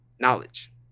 Knowledge